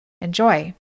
Enjoy